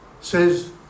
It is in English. says